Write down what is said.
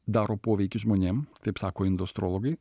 daro poveikį žmonėm taip sako indostrologai